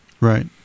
Right